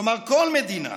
כלומר, כל מדינה,